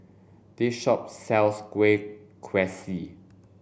this shop sells kueh kaswi